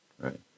right